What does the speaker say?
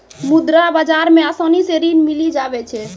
मुद्रा बाजार मे आसानी से ऋण मिली जावै छै